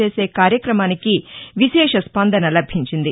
చేసే కార్యక్రమానికి విశేష స్పందన లభించింది